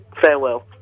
farewell